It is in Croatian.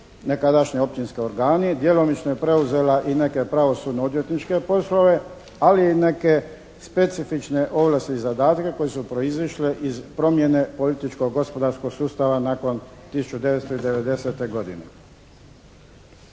nekadašnji općinski organi. Djelomično je preuzela i neke pravosudno odvjetničke poslove ali i neke specifične ovlasti i zadatke koje su proizašle iz promjene političko, gospodarskog sustava nakon 1990. godine.